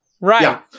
Right